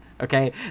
okay